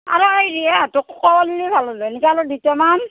আৰু মই ৰিয়াহঁতকো কওঁ বুলি ভাবিলোঁ